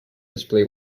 display